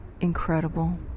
incredible